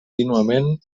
contínuament